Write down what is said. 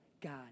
God